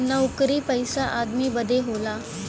नउकरी पइसा आदमी बदे होला